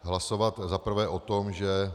Hlasovat za prvé o tom, že